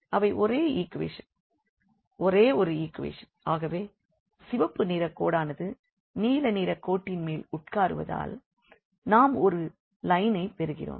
அவை ஒரே ஈக்வேஷன் ஒரே ஒரு ஈக்வேஷன் ஆகவே சிவப்பு நிற கோடானது நீல நிறக் கோட்டின் மேல் உட்காருவதால் நாம் ஒரு லைன் ஐப் பெறுகிறோம்